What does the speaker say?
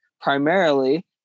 primarily